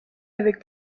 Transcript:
avec